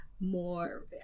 more